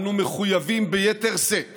אנו מחויבים ביתר שאת